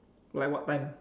like what time